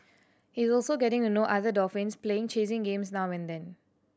he is also getting to know other dolphins playing chasing games now and then